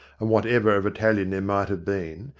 and whatever of italian there might have been,